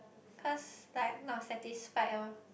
cause like not satisfied loh